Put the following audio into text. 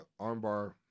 armbar